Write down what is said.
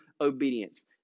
obedience